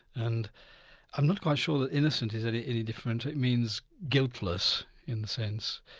and i'm not quite sure that innocent is any any different it means guiltless in the sense,